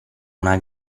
una